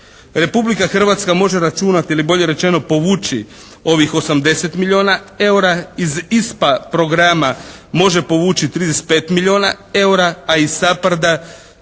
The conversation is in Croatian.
Republika Hrvatska može računati ili bolje rečeno povući ovih 80 milijuna eura iz ISPA programa može povući 35 milijuna eura a iz SAPARD-a